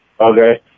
Okay